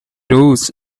rose